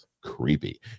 creepy